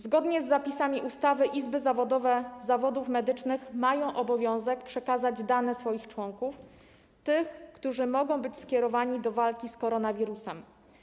Zgodnie z zapisami ustawy izby zawodowe zawodów medycznych mają obowiązek przekazać dane tych swoich członków, którzy mogą być skierowani do walki z koronawirusem.